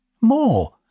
more